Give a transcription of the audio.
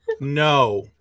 No